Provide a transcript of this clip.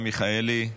חברת הכנסת מרב מיכאלי?